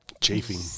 Chafing